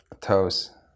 toes